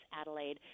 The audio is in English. Adelaide